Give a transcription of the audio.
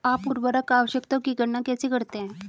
आप उर्वरक आवश्यकताओं की गणना कैसे करते हैं?